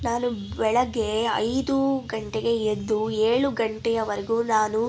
ನಾನು ಬೆಳಗ್ಗೆ ಐದು ಗಂಟೆಗೆ ಎದ್ದು ಏಳು ಗಂಟೆಯವರೆಗೂ ನಾನು